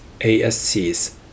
ASC's